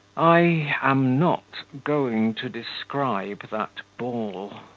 i am not going to describe that ball.